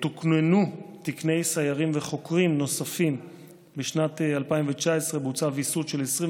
גם תוקננו תקני סיירים וחוקרים נוספים לשנת 2019. בוצע ויסות של 21